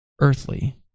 earthly